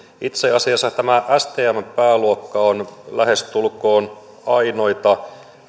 itse asiassa tämä stmn pääluokka on lähestulkoon ainoita